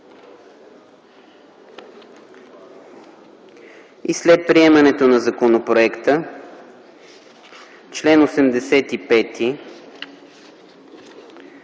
След приемането на законопроекта чл. 85,